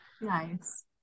Nice